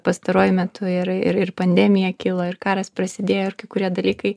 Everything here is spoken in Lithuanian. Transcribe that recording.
pastaruoju metu ir ir ir pandemija kilo ir karas prasidėjo ir kai kurie dalykai